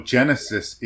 Genesis